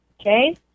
Okay